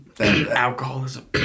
Alcoholism